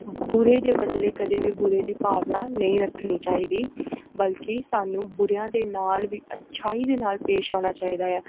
ਬੁਰੇ ਦੇ ਬਦਲੇ ਕਦੇ ਵੀ ਬੁਰੇ ਦੀ ਭਾਵਨਾ ਨਹੀਂ ਰੱਖਣੀ ਚਾਹੀਦੀ ਬਲਕਿ ਸਾਨੂੰ ਬੁਰਿਆਂ ਦੇ ਨਾਲ ਵੀ ਅੱਛਾਈ ਦੇ ਨਾਲ ਪੇਸ਼ ਆਉਣਾ ਚਾਹੀਦਾ ਆ